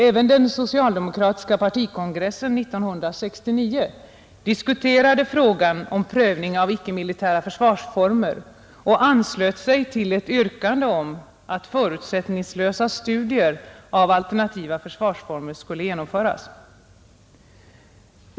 Även den socialdemokratiska partikongressen 1969 diskuterade frågan om prövning av icke-militära försvarsformer och anslöt sig till ett yrkande om att förutsättningslösa studier av alternativa försvarsformer skulle genomföras.